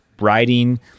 riding